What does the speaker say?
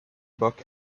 book